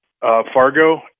Fargo